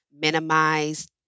minimize